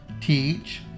teach